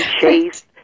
chase